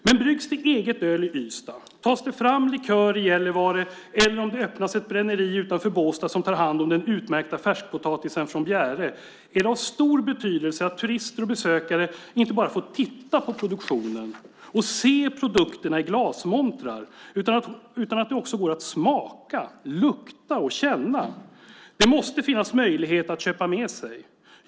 Men bryggs det eget öl i Ystad, tas det fram likör i Gällivare eller öppnas ett bränneri utanför Båstad som tar hand om den utmärkta färskpotatisen från Bjäre är det av stor betydelse att turister och besökare inte bara får titta på produktionen och se produkterna i glasmontrar, utan det måste också gå att smaka, lukta och känna. Det måste finnas möjlighet att köpa med sig.